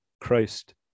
Christ